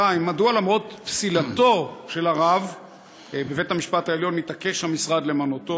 2. מדוע למרות פסילתו של הרב בבית-המשפט העליון המשרד מתעקש למנותו?